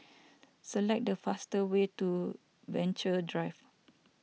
select the fastest way to Venture Drive